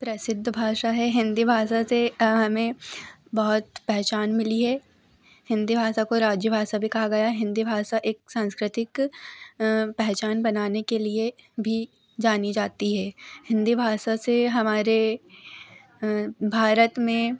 प्रसिद्ध भाषा है हिन्दी भासा से हमें बहुत पहचान मिली है हिन्दी भाषा को राज्य भासा भी कहा गया है हिन्दी भासा एक सांस्कृतिक पहचान बनाने के लिए भी जानी जाती है हिन्दी भाषा से हमारे भारत में